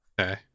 Okay